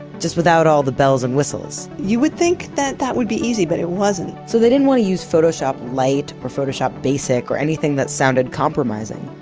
just without all the bells and whistles. you would think that that would be easy, but it wasn't. so they didn't want to use photoshop light or photoshop basic or anything that sounded compromising.